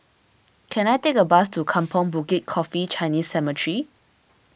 can I take a bus to Kampong Bukit Coffee Chinese Cemetery